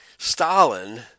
Stalin